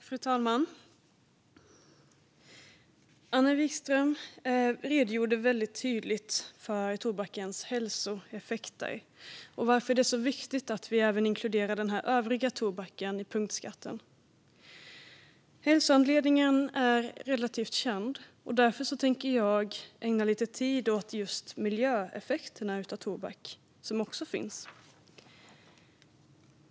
Fru talman! Anna Vikström redogjorde väldigt tydligt för tobakens hälsoeffekter och varför det är så viktigt att vi även inkluderar den övriga tobaken i punktskatten. Hälsoanledningen är relativt känd, och därför tänker jag ägna lite tid åt tobakens miljöeffekter, som också finns.